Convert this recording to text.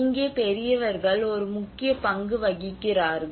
இங்கே பெரியவர்கள் ஒரு முக்கிய பங்கு வகிக்கிறார்கள்